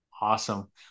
Awesome